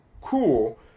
cool